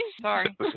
Sorry